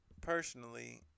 personally